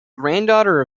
granddaughter